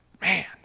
Man